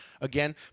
again